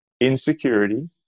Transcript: insecurity